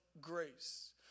grace